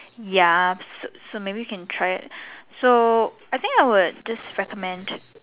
ya so so maybe we can try so I think I would just recommend